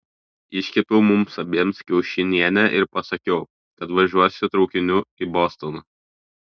iškepiau mums abiem kiaušinienę ir pasakiau kad važiuosiu traukiniu į bostoną